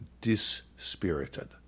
dispirited